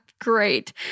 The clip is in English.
Great